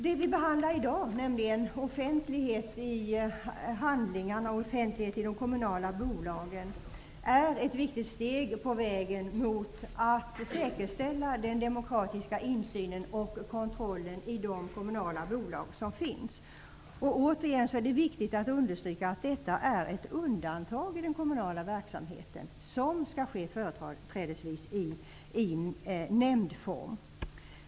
Det vi behandlar i dag, nämligen frågan om handlingsoffentligheten i kommunala företag, innebär ett viktigt steg på vägen mot ett säkerställande av den demokratiska insynen och kontrollen i de kommunala bolagen. Återigen är det viktigt att understryka att det gäller ett undantag i den kommunala verksamheten, vilken företrädesvis skall ske i nämndform.